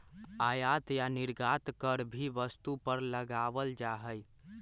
आयात या निर्यात कर भी वस्तु पर लगावल जा हई